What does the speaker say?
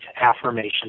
affirmation